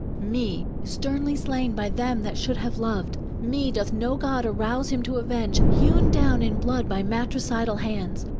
me, sternly slain by them that should have loved, me doth no god arouse him to avenge, hewn down in blood by matricidal hands.